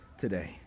today